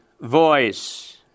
voice